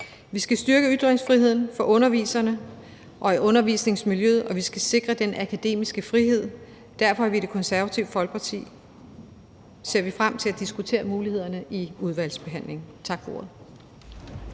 Vi skal styrke ytringsfriheden for underviserne og i undervisningsmiljøet, og vi skal sikre den akademiske frihed. Derfor ser vi i det Konservative Folkeparti frem til at diskutere mulighederne i udvalgsbehandlingen. Tak for ordet.